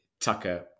Tucker